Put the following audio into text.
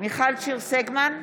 מיכל שיר סגמן,